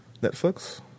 Netflix